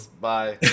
bye